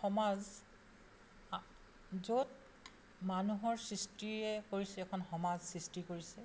সমাজ য'ত মানুহৰ সৃষ্টিৰে কৰিছে এখন সমাজ সৃষ্টি কৰিছে